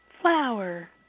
Flower